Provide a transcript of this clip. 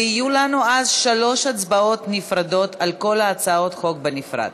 ויהיו לנו אז שלוש הצבעות נפרדות על כל הצעות החוק בנפרד.